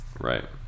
Right